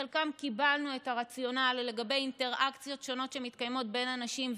בחלק קיבלנו את הרציונל לגבי אינטראקציות שונות שמתקיימות בין אנשים,